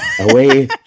away